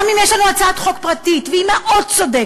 גם אם יש לנו הצעת חוק פרטית, והיא מאוד צודקת,